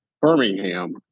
Birmingham